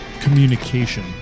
communication